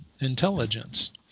intelligence